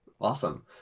Awesome